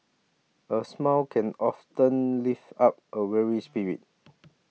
a smile can often lift up a weary spirit